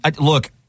Look